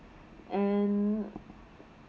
and